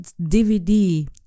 DVD